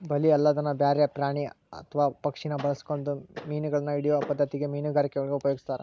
ಬಲಿ ಅಲ್ಲದನ ಬ್ಯಾರೆ ಪ್ರಾಣಿ ಅತ್ವಾ ಪಕ್ಷಿನ ಬಳಸ್ಕೊಂಡು ಮೇನಗಳನ್ನ ಹಿಡಿಯೋ ಪದ್ಧತಿ ಮೇನುಗಾರಿಕೆಯೊಳಗ ಉಪಯೊಗಸ್ತಾರ